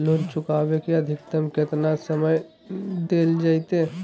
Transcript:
Loan चुकाबे के अधिकतम केतना समय डेल जयते?